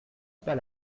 pas